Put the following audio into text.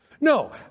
No